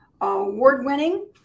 award-winning